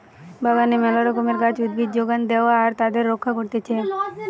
বাগানে মেলা রকমের গাছ, উদ্ভিদ যোগান দেয়া আর তাদের রক্ষা করতিছে